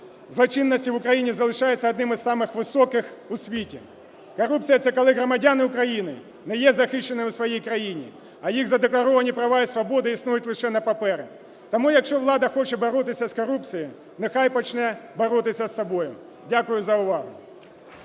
злочинності в Україні залишається одним із самих високих у світі. Корупція – це коли громадяни України не є захищеними в своїй країні, а їх задекларовані права і свободи існують лише на папері. Тому якщо влада хоче боротися з корупцією, нехай почне боротися з собою. Дякую за увагу.